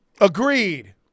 Agreed